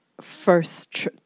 first